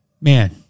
Man